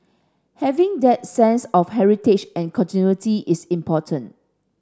having that sense of heritage and continuity is important